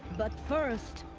but first.